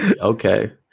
okay